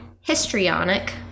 histrionic